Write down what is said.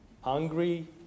hungry